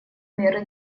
меры